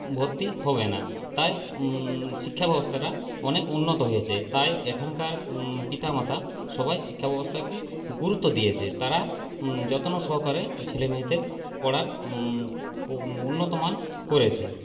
ভর্তি হবে না তাই শিক্ষা ব্যবস্থাটা অনেক উন্নত হয়েছে তাই এখনকার পিতা মাতা সবাই শিক্ষা ব্যবস্থাকে গুরুত্ব দিয়েছে তারা যত্ন সহকারে ছেলে মেয়েদের পড়ার উন্নত মান করেছে